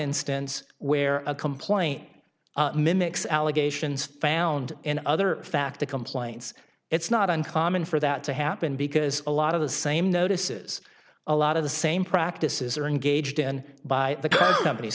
instance where a complaint mimics allegations found in other factor complaints it's not uncommon for that to happen because a lot of the same notices a lot of the same practices are engaged in by the c